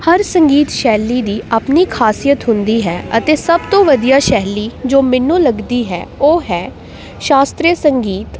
ਹਰ ਸੰਗੀਤ ਸ਼ੈਲੀ ਦੀ ਆਪਣੀ ਖ਼ਾਸੀਅਤ ਹੁੰਦੀ ਹੈ ਅਤੇ ਸਭ ਤੋਂ ਵਧੀਆ ਸ਼ੈਲੀ ਜੋ ਮੈਨੂੰ ਲੱਗਦੀ ਹੈ ਉਹ ਹੈ ਸ਼ਾਸਤਰੀ ਸੰਗੀਤ